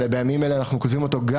אלא בימים האלה אנחנו כותבים אותו גם